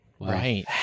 Right